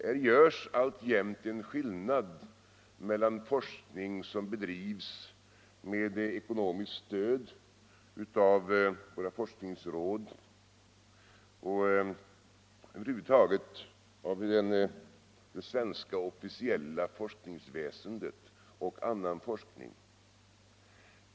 Här görs alltjämnt en skillnad mellan forskning som bedrivs med ekonomiskt stöd av våra forskningsråd — och över huvud taget av det svenska officiella forskningsväsendet — och annan forskning.